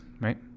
right